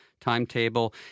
timetable